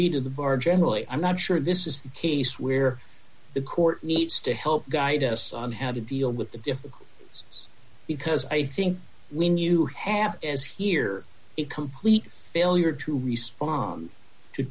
be to the bar generally i'm not sure this is the case where the court needs to help guide us on how to deal with the difficult ones because i think when you have as here it complete failure to respond to